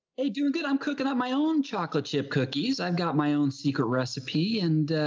hey, doing good. i'm cooking on my own chocolate chip cookies. i've got my own secret recipe and ah,